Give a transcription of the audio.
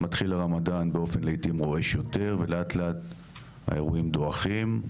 מתחיל הרמדאן באופן לעיתים רועש יותר ולאט לאט האירועים דועכים.